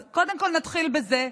אז קודם כול, נתחיל בזה.